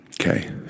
okay